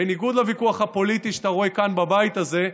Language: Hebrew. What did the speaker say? בניגוד לוויכוח הפוליטי שאתה רואה כאן בבית הזה,